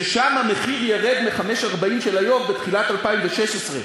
שם המחיר ירד מ-5.40 של היום בתחילת 2016,